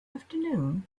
afternoon